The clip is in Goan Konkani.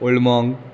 ओल्ड माँक